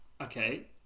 okay